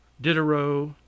Diderot—